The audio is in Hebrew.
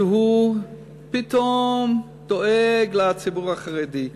שפתאום דואג לציבור החרדי.